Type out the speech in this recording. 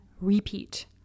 repeat